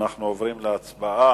אנחנו עוברים להצבעה.